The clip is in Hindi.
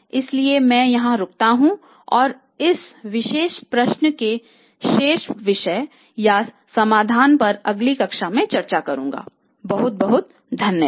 इसलिए मैं यहां रुकता हूं और इस विशेष प्रश्न के शेष विषय या समाधान पर अगली कक्षा में चर्चा करुंगा कि z और h बिंदु का पता कैसे लगाया जाए बहुत बहुत धन्यवाद